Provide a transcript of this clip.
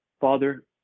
Father